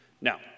Now